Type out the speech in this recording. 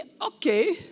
Okay